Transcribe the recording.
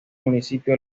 municipio